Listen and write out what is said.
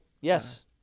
Yes